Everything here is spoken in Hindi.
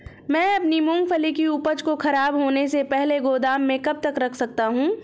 मैं अपनी मूँगफली की उपज को ख़राब होने से पहले गोदाम में कब तक रख सकता हूँ?